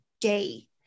day